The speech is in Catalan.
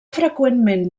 freqüentment